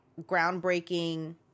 groundbreaking